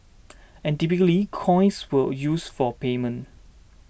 and typically coins were used for payment